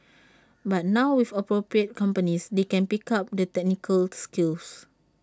but now with appropriate companies they can pick up the technical skills